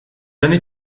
années